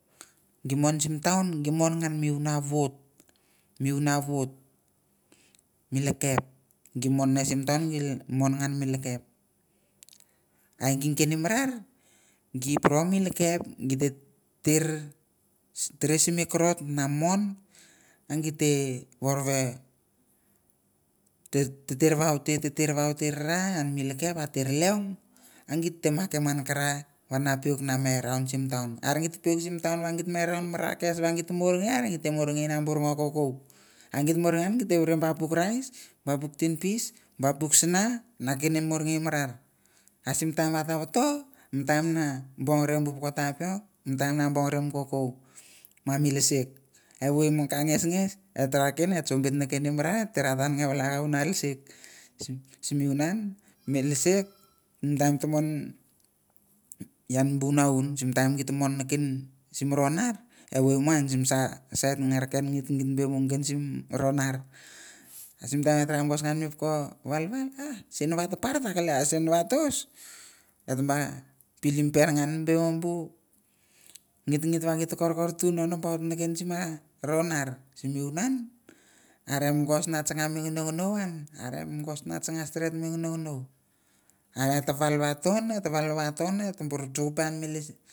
Gi mon sim taun gi mon ngan me no wuno a wot me wuno wot me leke gi mon simtaun gi mon ngan me leke ah gike nin marar gi por me leke gite tir teressim ma kovot na mon na gite worwe teter wah ate var ian me leke ate lieaung ah gite makim an karai na puik na me raun sim taun ar git puik puik sim taun wah gite me ra kes wah git murngei ah gite murngei rar bu kakou a git murngei gite numbu puk rais ma buk tinpis ma puk sha na ken murengei marar asimtaim wata wato me taim na bongre poko taip bongre me tapiok na me bongre koukou na me lesek evei monga nisnis eh tra kin eh choubit nikin marar an eh lesek simunan me lesek ba eta mon ian bu naun simtaim gite mon nakin simronap evoi muang sim sa sait ngra kepnites gite be mon sim ronap simtaim wah mongos poko wal akap sihn wa atapar akelei eh shin wah tus otba pilim pan ngan be bu ngitngit wah korkor tu na nubaut neken simba ronar simiwunan are mongos changa me gunu guno are mongos na changa steret ngunciguno ate wal aton eh walaton tubur che pang me lesek.